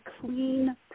clean